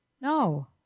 No